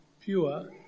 pure